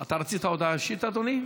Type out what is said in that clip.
אתה רצית עוד להשיב, אדוני?